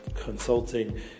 consulting